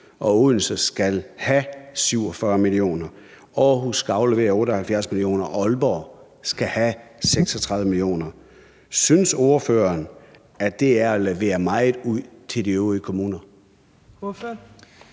og Odense skal have 47 mio. kr. Aarhus skal aflevere 78 mio. kr., og Aalborg skal have 36 mio. kr. Synes ordføreren, at det er at levere meget ud til de øvrige kommuner?